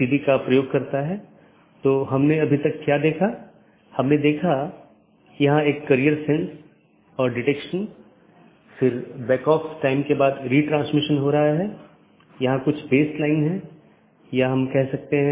धीरे धीरे हम अन्य परतों को देखेंगे जैसे कि हम ऊपर से नीचे का दृष्टिकोण का अनुसरण कर रहे हैं